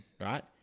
right